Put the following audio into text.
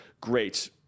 great